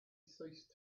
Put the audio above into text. ceased